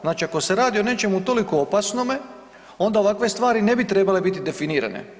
Znači ako se radi o nečemu toliko opasnome, onda ovakve stvari ne bi trebale biti definirane.